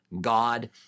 God